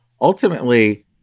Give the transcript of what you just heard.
ultimately